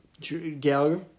Gallagher